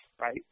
right